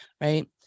right